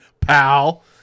pal